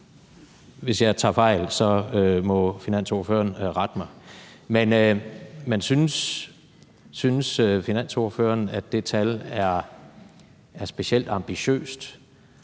hvis jeg tager fejl, må finansordføreren rette mig – men synes finansordføreren, at det tal er specielt ambitiøst,